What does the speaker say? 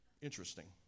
interesting